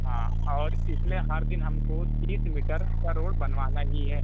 हाँ और इसमें हर दिन हमको तीस मीटर का रोड बनवाना ही है